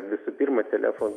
visų pirma telefonu